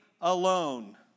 alone